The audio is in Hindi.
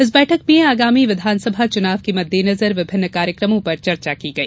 इस बैठक में आगामी विधानसभा चुनाव के मद्देनजर विभिन्न कार्यक्रमों पर चर्चा की गई